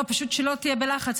לא, פשוט שלא תהיה בלחץ.